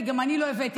כי גם אני לא הבנתי,